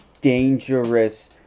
Dangerous